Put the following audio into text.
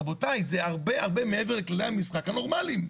רבותיי, זה הרבה הרבה מעבר לכללי המשחק הנורמליים.